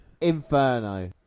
inferno